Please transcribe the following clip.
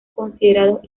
considerados